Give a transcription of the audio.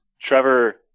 Trevor